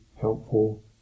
helpful